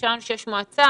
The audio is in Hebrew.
אנחנו שומעים שיש מועצה,